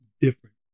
different